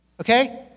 Okay